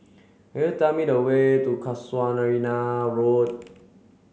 could you tell me the way to Road